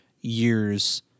years